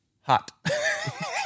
Hot